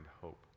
hope